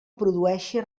produeixi